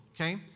Okay